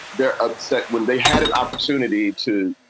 they're upset when they had an opportunity to,